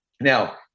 Now